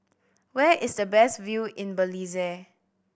where is the best view in Belize